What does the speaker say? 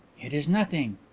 it is nothing.